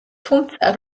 თუმცა